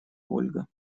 ольга